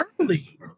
early